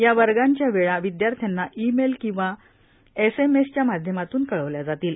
या वर्गांच्या वेळा विदयार्थ्यांना ई मेल किंवा एसएमएस च्या माध्यामातून कळवल्या जातील